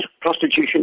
prostitution